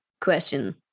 question